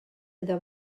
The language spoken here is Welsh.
iddo